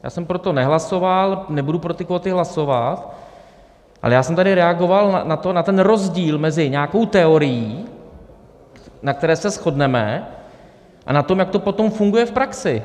Já jsem pro to nehlasoval, nebudu pro ty kvóty hlasovat, ale já jsem tady reagoval na to, na ten rozdíl mezi nějakou teorií, na které se shodneme, a na tom, jak to potom funguje v praxi.